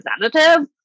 representative